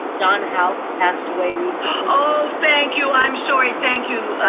john hauck passed away recently. oh thank you, i'm sorry thank you.